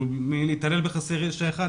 אחרי שהתעללה בחסר ישע אחד,